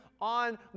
on